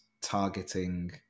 targeting